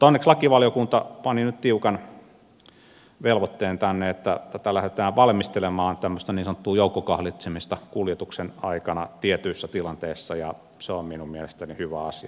onneksi lakivaliokunta pani nyt tiukan velvoitteen tänne että tätä tämmöistä niin sanottua joukkokahlitsemista kuljetuksen aikana tietyissä tilanteissa lähdetään valmistelemaan ja se on minun mielestäni hyvä asia